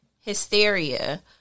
hysteria